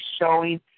showing